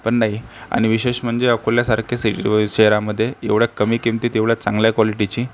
पण नाही आणि विशेष म्हणजे अकोल्यासारखे सी शहरामधे एवढ्या कमी किंमतीत एवढ्या चांगल्या क्वालिटीची